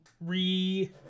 re